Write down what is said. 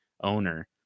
owner